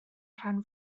rhan